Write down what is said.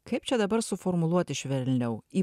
kaip čia dabar suformuluoti švelniau į